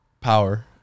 Power